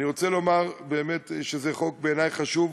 אני רוצה לומר שזה באמת חוק חשוב בעיני.